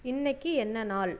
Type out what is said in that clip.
இன்றைக்கு என்ன நாள்